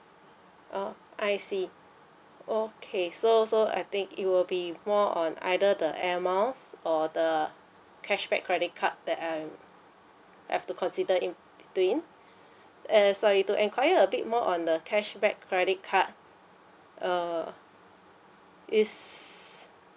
oh I see okay so so I think it will be more on either the air miles or the cashback credit card that I'm I've to consider in between err sorry to enquire a bit more on the cashback credit card uh is